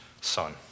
son